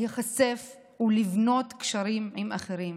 להיחשף ולבנות קשרים עם אחרים.